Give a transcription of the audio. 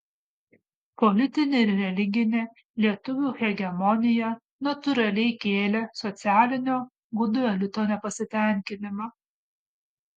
politinė ir religinė lietuvių hegemonija natūraliai kėlė socialinio gudų elito nepasitenkinimą